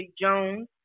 Jones